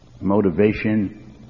motivation